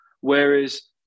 whereas